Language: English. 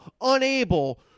unable